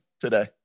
today